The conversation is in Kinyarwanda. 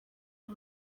ayo